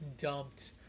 dumped